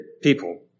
people